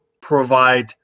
provide